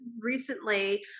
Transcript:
recently